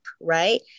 Right